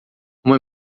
uma